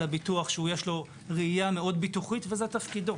הביטוח שיש לו ראייה מאוד ביטוחית וזה תפקידו,